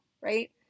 right